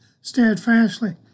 steadfastly